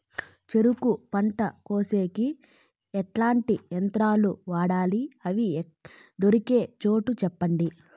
చెరుకు పంట కోసేకి ఎట్లాంటి యంత్రాలు వాడాలి? అవి దొరికే చోటు చెప్పండి?